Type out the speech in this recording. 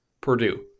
Purdue